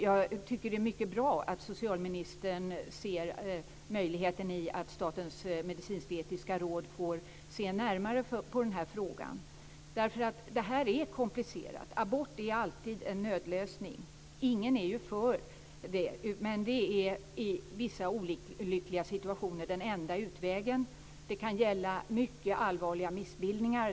Jag tycker att det är mycket bra att socialministern ser en möjlighet att låta Statens medicinsk-etiska råd närmare studera den här frågan. Det här är komplicerat. Aborter är alltid en nödlösning. Ingen är ju för sådana, men de är i vissa olyckliga situationer den enda utvägen. Det kan gälla mycket allvarliga missbildningar.